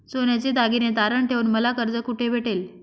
सोन्याचे दागिने तारण ठेवून मला कर्ज कुठे भेटेल?